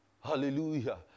Hallelujah